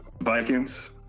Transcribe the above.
Vikings